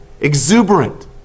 exuberant